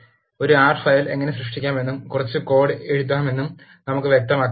ഒരു R file എങ്ങനെ സൃഷ്ടിക്കാമെന്നും കുറച്ച് കോഡ് എഴുതാമെന്നും നമുക്ക് വ്യക്തമാക്കാം